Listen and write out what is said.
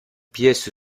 pièce